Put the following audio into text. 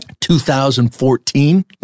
2014